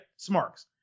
Smarks